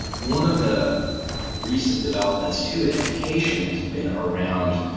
one of the recent developments too in education has been around,